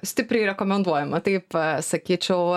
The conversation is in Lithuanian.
stipriai rekomenduojama taip sakyčiau